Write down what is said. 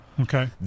Okay